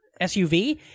SUV